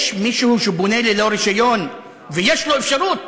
יש מישהו שבונה ללא רישיון ויש לו אפשרות